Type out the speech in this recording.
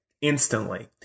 instantly